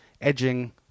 edging